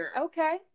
Okay